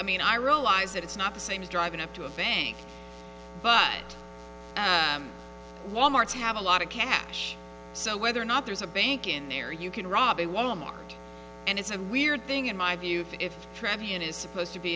mean i realize that it's not the same as driving up to a bank but wal mart's have a lot of cash so whether or not there's a bank in there you can rob a woma and it's a weird thing in my view if traveling is supposed to be